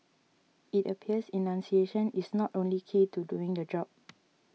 it appears enunciation is not only key to doing the job